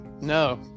No